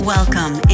Welcome